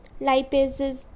lipases